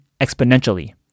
exponentially